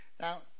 Now